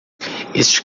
este